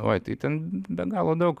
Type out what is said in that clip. oi tai ten be galo daug